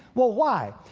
well, why?